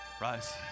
Rise